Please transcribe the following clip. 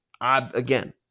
Again